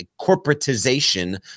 corporatization